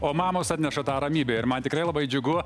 o mamos atneša tą ramybę ir man tikrai labai džiugu